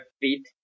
feet